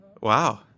Wow